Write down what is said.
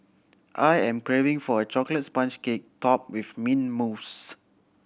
I am craving for a chocolate sponge cake topped with mint mousse